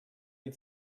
you